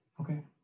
okay